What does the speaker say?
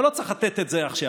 אבל לא צריך לתת את זה עכשיו,